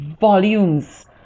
volumes